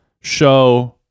show